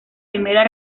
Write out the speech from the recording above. primera